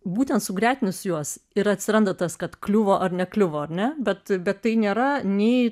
būtent sugretinus juos ir atsiranda tas kad kliuvo ar nekliuvo ar ne bet bet tai nėra nei